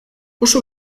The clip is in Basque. oso